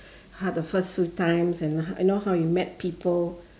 had the first few times and how you know how you met people